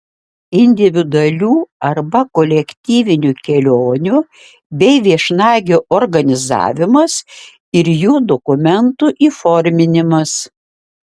individualių arba kolektyvinių kelionių bei viešnagių organizavimas ir jų dokumentų įforminimas